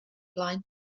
blaen